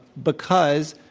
because,